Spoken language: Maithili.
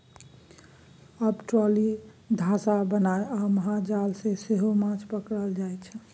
आब ट्रोली, धासा बनाए आ महाजाल सँ सेहो माछ पकरल जाइ छै